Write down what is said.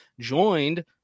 joined